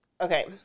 Okay